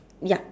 ya